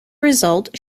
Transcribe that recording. result